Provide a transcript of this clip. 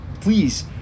Please